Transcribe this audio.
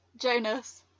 Jonas